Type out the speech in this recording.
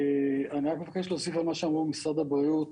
אני רק מבקש להוסיף על מה שאמר משרד הבריאות